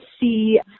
see